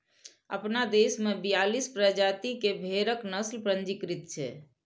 अपना देश मे बियालीस प्रजाति के भेड़क नस्ल पंजीकृत छै